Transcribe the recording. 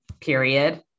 period